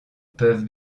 peuvent